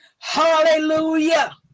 Hallelujah